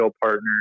partners